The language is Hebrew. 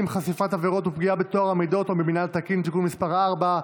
(חשיפת עבירות ופגיעה בטוהר המידות או במינהל התקין) (תיקון מס' 4),